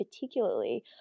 particularly